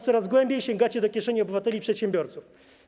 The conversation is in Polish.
Coraz głębiej sięgacie do kieszeni obywateli i przedsiębiorców.